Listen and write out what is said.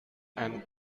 and